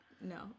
no